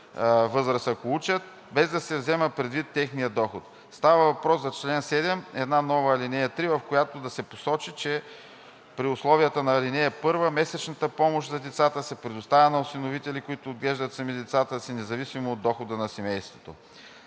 години, ако учат, без да се взема предвид техният доход. Става въпрос за чл. 7 – една нова ал. 3, в която ще се посочи, че при условията на ал. 1 месечната помощ за деца се предоставя на осиновители, които отглеждат сами децата си, независимо от дохода на семейството.